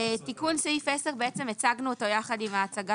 תיקון סעיף 10, הצגנו אותו יחד עם ההצגה